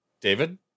David